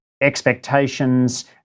expectations